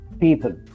people